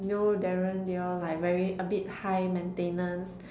you know Darren they all like very a bit high maintenance